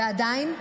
ועדיין,